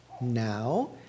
now